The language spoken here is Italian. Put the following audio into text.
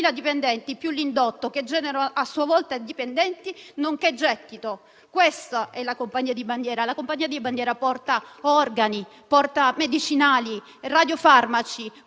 dipendenti più l'indotto, che a sua volta genera dipendenti nonché gettito? Questo è la compagnia di bandiera. La compagnia di bandiera porta organi, medicinali, radiofarmaci,